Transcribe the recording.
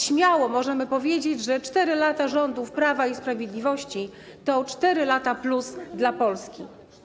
Śmiało możemy powiedzieć, że 4 lata rządów Prawa i Sprawiedliwości to 4 lata+ dla Polski.